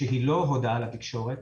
שהיא לא הודעה לתקשורת